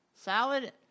Salad